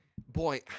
Boy